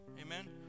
Amen